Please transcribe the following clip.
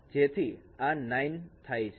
જેથી આ 9 થાય છે